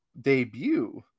debut